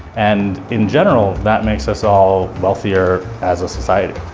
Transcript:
and, in general, that makes us all wealthier as a society.